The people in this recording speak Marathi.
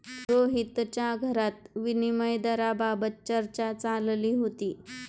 रोहितच्या घरी विनिमय दराबाबत चर्चा चालली होती